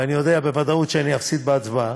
ואני יודע בוודאות שאני אפסיד בהצבעה,